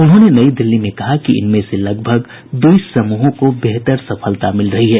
उन्होंने नई दिल्ली में कहा कि इनमें से लगभग बीस समूहों को बेहतर सफलता मिल रही है